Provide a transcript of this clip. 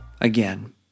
again